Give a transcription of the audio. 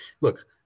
look